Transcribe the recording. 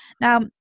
now